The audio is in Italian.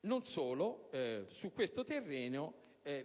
Non solo: su questo terreno, per